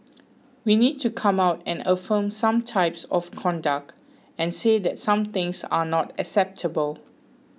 we need to come out and affirm some types of conduct and say that some things are not acceptable